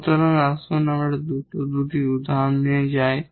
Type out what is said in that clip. সুতরাং আসুন আমরা দ্রুত একটি দুটি উদাহরণ দিয়ে যাই